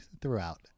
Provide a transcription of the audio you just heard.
throughout